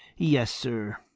yes, sir,